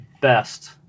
best